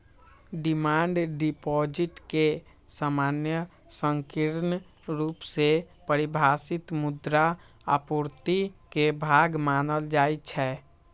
demand deposit के सामान्य संकीर्ण रुप से परिभाषित मुद्रा आपूर्ति के भाग मानल जाइ छै